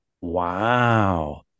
Wow